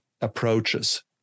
approaches